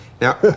Now